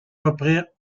reprirent